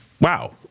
Wow